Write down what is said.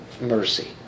mercy